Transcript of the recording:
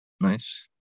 Nice